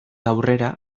aurrera